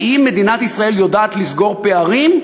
האם מדינת ישראל יודעת לסגור פערים,